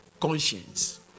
conscience